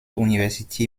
university